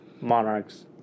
monarchs